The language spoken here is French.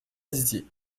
dizier